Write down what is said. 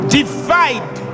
divide